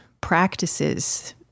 practices